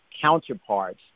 counterparts